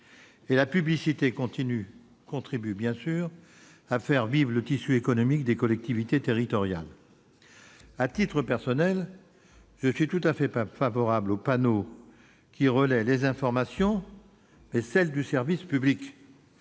et la publicité contribue bien évidemment à faire vivre le tissu économique des collectivités territoriales. À titre personnel, je suis tout à fait favorable aux panneaux qui relaient les informations du service public,